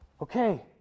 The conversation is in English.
okay